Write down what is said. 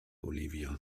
olivia